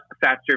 faster